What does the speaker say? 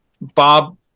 Bob